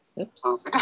Oops